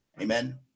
Amen